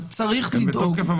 הן בתוקף.